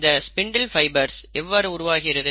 இந்த spindle fibres எவ்வாறு உருவாகி இருக்கிறது